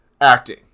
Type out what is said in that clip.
acting